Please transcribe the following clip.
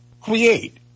create